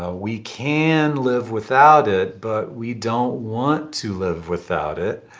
ah we can live without it, but we don't want to live without it.